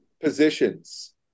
positions